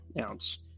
ounce